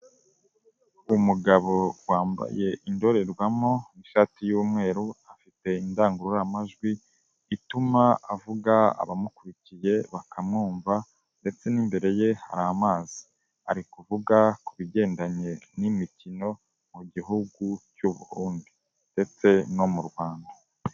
Umugabo wambaye indorerwamo n’ishati y'umweru afite indangururamajwi ituma avuga abamukurikiye bakamwumva ndetse n'imbere ye hari amazi, ari kuvuga ku bigendanye n'imikino mu gihugu cyu Burundi ndetse no mu Rwanda.